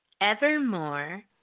evermore